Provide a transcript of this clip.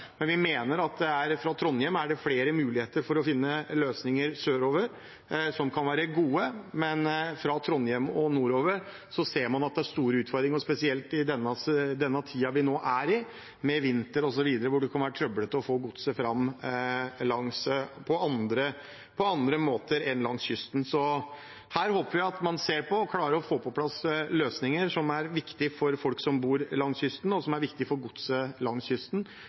finne gode løsninger sørover fra Trondheim, men fra Trondheim og nordover ser man at det er store utfordringer, spesielt i denne tiden vi nå er inne i, med vinter osv., da det kan være trøblete å få godset fram på andre måter enn langs kysten. Her håper vi at man ser på og klarer å få på plass løsninger, noe som er viktig for folk som bor langs kysten, som er viktig for godstransport langs kysten,